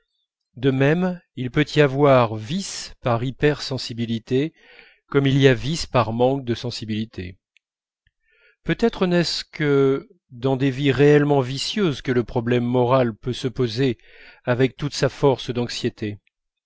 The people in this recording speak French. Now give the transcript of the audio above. de même il peut y avoir vice par hypersensibilité comme il y a vice par manque de sensibilité peut-être n'est-ce que dans des vies réellement vicieuses que le problème moral peut se poser avec toute sa force d'anxiété